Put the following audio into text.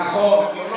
נכון.